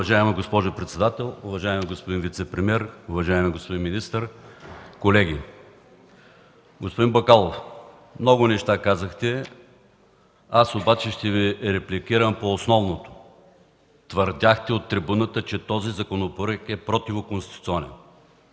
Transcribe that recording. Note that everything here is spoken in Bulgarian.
Уважаема госпожо председател, уважаеми господин вицепремиер, уважаеми господин министър, колеги! Господин Бакалов, много неща казахте, но аз ще Ви репликирам по основното. Твърдяхте от трибуната, че този законопроект е противоконституционен.